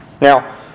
Now